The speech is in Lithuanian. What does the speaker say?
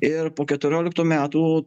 ir po keturioliktų metų